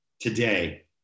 today